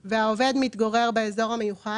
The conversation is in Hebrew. היישובים.